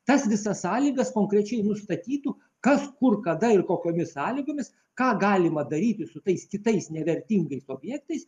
tas visas sąlygas konkrečiai nustatytų kas kur kada ir kokiomis sąlygomis ką galima daryti su tais kitais nevertingais objektais